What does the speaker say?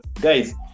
guys